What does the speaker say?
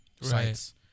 sites